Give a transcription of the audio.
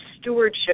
stewardship